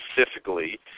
specifically